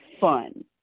fun